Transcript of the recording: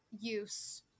use